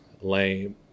lame